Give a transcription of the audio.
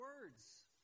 words